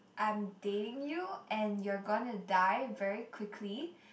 I'm dating you and you're gonna die very quickly